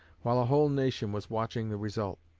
while a whole nation was watching the result.